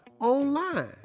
Online